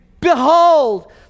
Behold